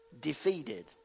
defeated